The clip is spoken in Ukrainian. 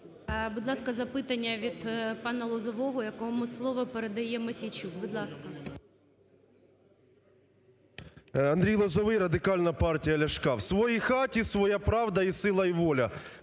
Будь ласка, запитання від пана Лозового, якому слово передає Мосійчук. 12:59:37 ЛОЗОВОЙ А.С. Андрій Лозовой, Радикальна партія Ляшка. "В своїй хаті своя правда і сила, і воля",